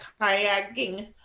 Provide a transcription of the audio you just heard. kayaking